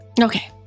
Okay